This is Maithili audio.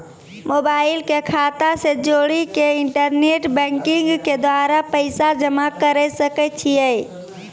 मोबाइल के खाता से जोड़ी के इंटरनेट बैंकिंग के द्वारा पैसा जमा करे सकय छियै?